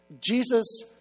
Jesus